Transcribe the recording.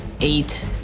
eight